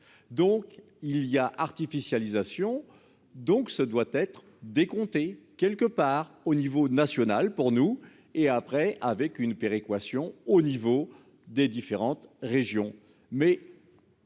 donc il y a artificialisation donc ce doit être décompté quelque part au niveau national pour nous et après, avec une péréquation au niveau des différentes régions